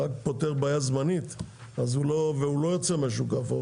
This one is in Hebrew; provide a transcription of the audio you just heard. רק פותר בעיה זמנית והוא לא יוצא מהשוק האפור